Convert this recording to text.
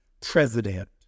president